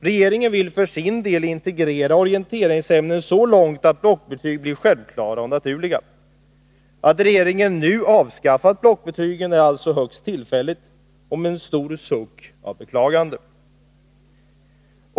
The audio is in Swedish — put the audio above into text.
Regeringen vill för sin del integrera orienteringsämnena så långt att blockbetyg blir självklara och naturliga. Att regeringen nu avskaffat blockbetygen är alltså högst tillfälligt och har skett med en stor suck av beklagande.